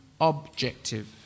objective